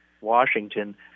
Washington